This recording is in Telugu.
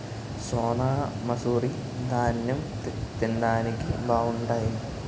సోనామసూరి దాన్నెం తిండానికి బావుంటాయి